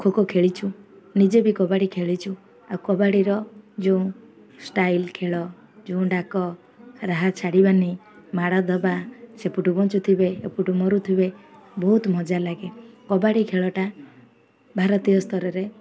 ଖୋ ଖୋ ଖେଳିଛୁ ନିଜେ ବି କବାଡ଼ି ଖେଳିଛୁ ଆଉ କବାଡ଼ିର ଯେଉଁ ଷ୍ଟାଇଲ୍ ଖେଳ ଯେଉଁ ଡାକ ରାହା ଛାଡ଼ିବାନି ମାଡ଼ ଧବା ସେପଟୁ ବଞ୍ଚୁଥିବେ ଏପଟୁ ମରୁଥିବେ ବହୁତ ମଜା ଲାଗେ କବାଡ଼ି ଖେଳଟା ଭାରତୀୟ ସ୍ତରରେ